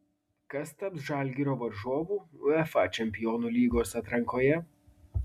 kas taps žalgirio varžovu uefa čempionų lygos atrankoje